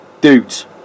dudes